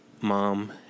mom